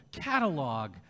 catalog